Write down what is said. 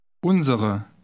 Unsere